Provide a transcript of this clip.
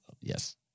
Yes